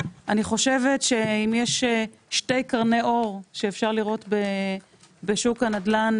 אם יש שתי קרני אור שאפשר לראות בשוק הנדל"ן,